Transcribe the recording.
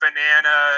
Banana